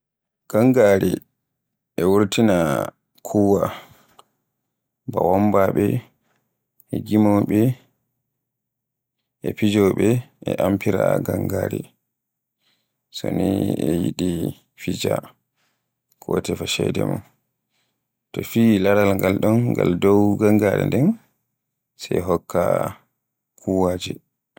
Gangaare e wurtinaa kuwwa, ba wamnaaɓe e gimowoɓe e fijowoɓe e amfira gangaare so ni e yidi fija ko tepa ceede mum. So fiyi laaral ngal ɗon ngal dow gangaare nden sai hokka kuwwa je.